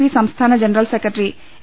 P സംസ്ഥാന general secretary A